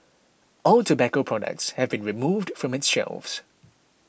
all tobacco products have been removed from its shelves